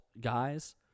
guys